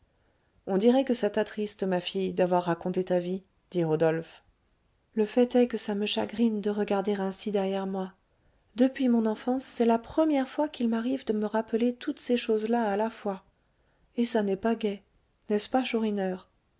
on dirait que ça t'attriste ma fille d'avoir raconté ta vie dit rodolphe le fait est que ça me chagrine de regarder ainsi derrière moi depuis mon enfance c'est la première fois qu'il m'arrive de me rappeler toutes ces choses-là à la fois et ça n'est pas gai n'est-ce pas chourineur